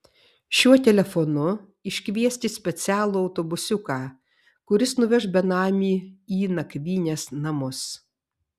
šiuo telefonu iškviesti specialų autobusiuką kuris nuveš benamį į nakvynės namus